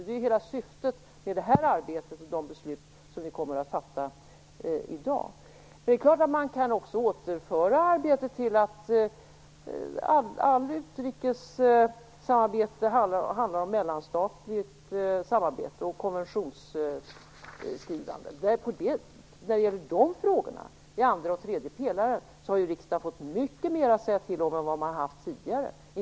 Det är hela syftet med hela detta arbete och med de beslut som vi kommer att fatta i dag. Det är klart att man kan återföra arbetet så att allt utrikessamarbete blir mellanstatligt och handlar om konventionsskrivande. När det gäller andra och tredje pelaren har ju riksdagen fått mycket mer att säga till om än vad man hade tidigare.